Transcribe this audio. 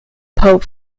pope